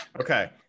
Okay